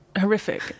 horrific